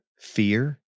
fear